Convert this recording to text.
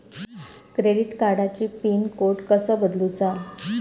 Credit कार्डची pin code कसो बदलुचा?